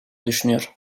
düşünüyor